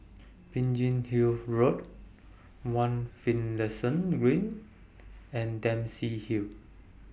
Biggin Hill Road one Finlayson Green and Dempsey Hill